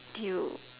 you